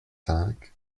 cinq